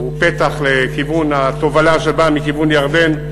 הוא פתח לכיוון התובלה שבאה מכיוון ירדן,